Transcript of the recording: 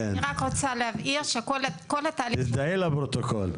כן, תזדהי לפרוטוקול.